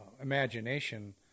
imagination